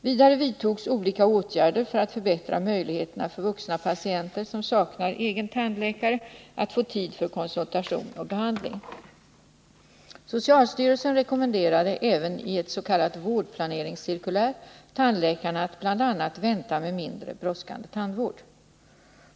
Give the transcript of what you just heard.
Vidare vidtogs olika åtgärder för att förbättra möjligheterna för vuxna patienter som saknar egen tandläkare att få tid för konsultation och behandling. Socialstyrelsen rekommenderade även i ett s.k. vårdplaneringscirkulär tandläkarna att bl.a. vänta med mindre brådskande tandvård.